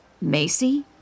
Macy